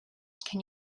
can